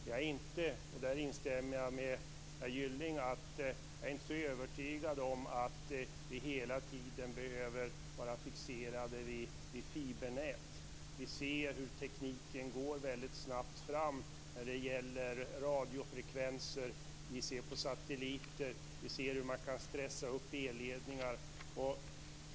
Jag är inte, och där instämmer jag med herr Gylling, så övertygad om att vi hela tiden behöver vara fixerade vid fibernät. Vi ser hur tekniken hela tiden går väldigt snabbt fram när det gäller radiofrekvenser. Vi ser på satelliter. Vi ser hur man kan stressa upp elledningar.